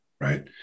right